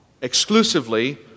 exclusively